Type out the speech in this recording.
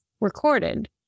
recorded